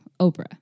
Oprah